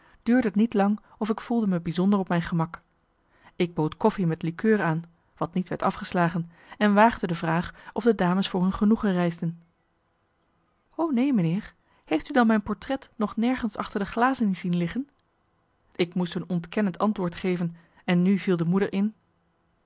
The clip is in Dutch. duurde t niet lang of ik voelde me bijzonder op mijn gemak ik bood koffie met likeur aan wat niet werd afgeslagen en waagde de vraag of de dames voor hun genoegen reisden o neen menner heeft u dan mijn portret nog nergens achter de glazen zien liggen ik moest een ontkennend antwoord geven en nu viel de moeder in